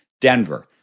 Denver